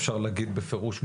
אפשר להגיד בפרוש,